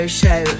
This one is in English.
show